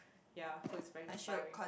yea so is very inspiring